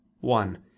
One